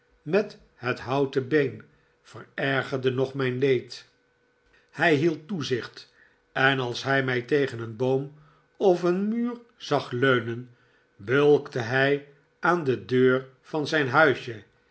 met het houten been verergerde nog mijn leed hij hield toezicht en als hij mij tegen een boom of een muur zag leunen bulkte hij aan de deur van zijn huisje